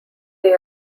they